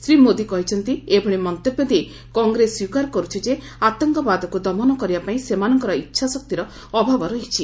ଶ୍ରୀ ମୋଦି କହିଛନ୍ତି ଏଭଳି ମନ୍ତବ୍ୟ ଦେଇ କଂଗ୍ରେସ ସ୍ୱୀକାର କର୍ରଛି ଯେ ଆତଙ୍କବାଦକୁ ଦମନ କରିବା ପାଇଁ ସେମାନଙ୍କର ଇଚ୍ଛା ଶକ୍ତିର ଅଭାବ ରହିଛି